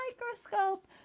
microscope